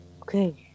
Okay